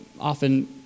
often